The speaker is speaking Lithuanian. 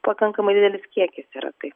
pakankamai didelis kiekis yra tai